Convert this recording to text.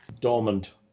dormant